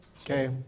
Okay